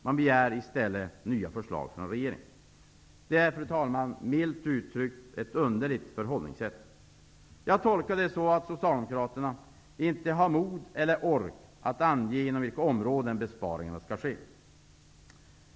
I stället begär de nya förslag från regeringen. Det är, milt uttryckt, ett underligt förhållningssätt. Jag tolkar det så att Socialdemokraterna inte har mod eller ork att ange inom vilka områden besparingarna skall ske.